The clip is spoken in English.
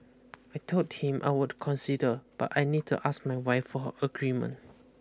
I told him I would consider but I need to ask my wife for her agreement